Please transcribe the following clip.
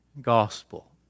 gospel